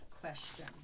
question